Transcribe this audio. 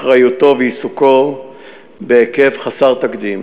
אחריותו ועיסוקו בהיקף חסר תקדים,